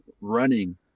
running